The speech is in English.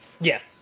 Yes